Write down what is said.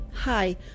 Hi